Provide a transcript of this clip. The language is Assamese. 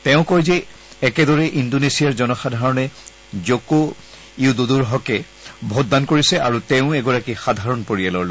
তেওঁ কয় যে একেদৰে ইণ্ডোনেছিয়াৰ জনসাধাৰণে জক উইডোডোৰ হকে ভোটদান কৰিছে আৰু তেৱোঁ এগৰাকী সাধাৰণ পৰিয়ালৰ লোক